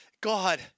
God